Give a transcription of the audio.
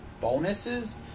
bonuses